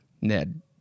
Ned